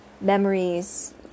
memories